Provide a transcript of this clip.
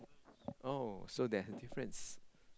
oh so there's a difference